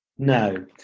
No